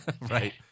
Right